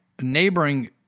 neighboring